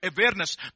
awareness